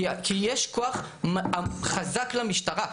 כי יש כוח חזק למשטרה,